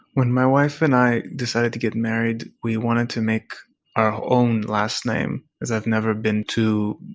when my wife and i decided to get married, we wanted to make our own last name, as i've never been too